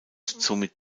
somit